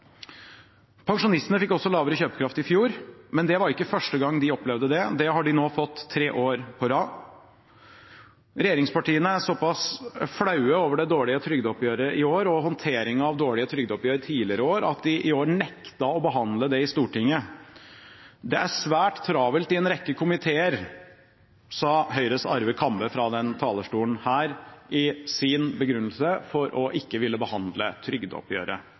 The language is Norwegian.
Pensjonistene fikk også lavere kjøpekraft i fjor, men det var ikke første gang de opplevde det. Det har de nå fått tre år på rad. Regjeringspartiene er såpass flaue over det dårlige trygdeoppgjøret i år og håndteringen av dårlige trygdeoppgjør tidligere år at de i år nektet å behandle det i Stortinget. «Det er svært travelt i en rekke komiteer», sa Høyres Arve Kambe fra denne talerstolen i sin begrunnelse for ikke å ville behandle trygdeoppgjøret